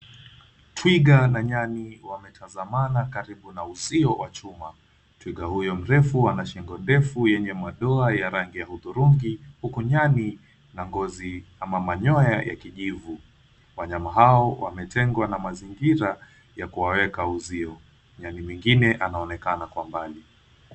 Twiga na nyani wametamzana karibu na uzio wa chuma. Twiga huyo mrefu na shingo ndefu yenye madoa ya rangi ya hudhurungi, huku nyani na ngozi ama manyoya ya kijivu. Wanyama hao wametengwa na mazingira ya kuwaeka uzio. Nyani mwingine anaonekana kwa mbali.